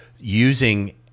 using